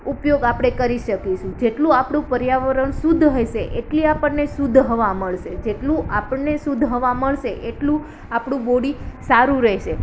ઉપયોગ આપણે કરી શકીશું જેટલું આપણું પર્યાવરણ શુદ્ધ હશે એટલી આપણને શુદ્ધ હવા મળશે જેટલું આપણને શુદ્ધ હવા મળશે એટલું આપણું બોડી સારું રહેશે